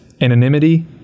anonymity